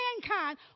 mankind